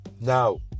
Now